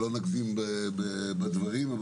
סליחה, סליחה.